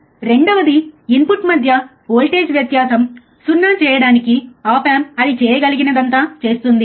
రెండవది ఇన్పుట్ మధ్య వోల్టేజ్ వ్యత్యాసం 0 చేయడానికి ఆప్ ఆంప్ అది చేయగలిగినదంతా చేస్తుంది